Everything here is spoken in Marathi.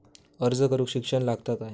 अर्ज करूक शिक्षण लागता काय?